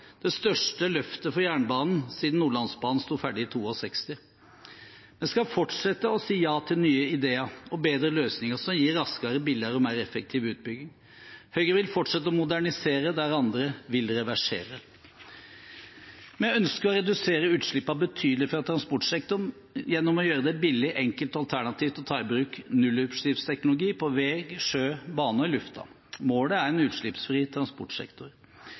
det største løftet for jernbanen siden Nordlandsbanen sto ferdig i 1962. Vi skal fortsette å si ja til nye ideer og bedre løsninger som gir raskere, billigere og mer effektive utbygginger. Høyre vil fortsette å modernisere der andre vil reversere. Vi ønsker å redusere utslippene i transportsektoren betydelig gjennom å gjøre det billig, enkelt og attraktivt å ta i bruk nullutslippsteknologi på vei, sjø, bane og i luften. Målet er en utslippsfri transportsektor.